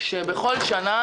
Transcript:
בכל שנה,